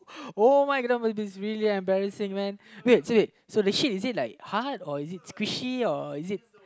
oh my god this is really embarrassing man wait so wait the shit is it like hard or is squishy or is it